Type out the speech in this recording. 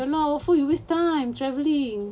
what for you waste time travelling